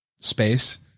space